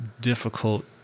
difficult